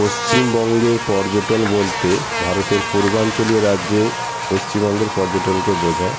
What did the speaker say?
পশ্চিমবঙ্গের পর্যটন বলতে ভারতের পূর্বাঞ্চলীয় রাজ্যের পশ্চিমবঙ্গের পর্যটনকে বোঝায়